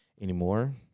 anymore